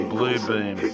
Bluebeam